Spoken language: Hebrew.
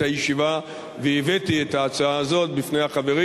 הישיבה והבאתי את ההצעה הזאת בפני החברים.